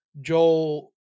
Joel